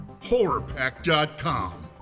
HorrorPack.com